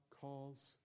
Calls